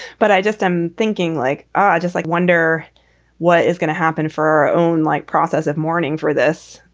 but i just i'm thinking like i just like wonder what is gonna happen for our own, like, process of mourning for this.